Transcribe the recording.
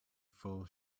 full